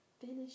finish